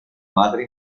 madre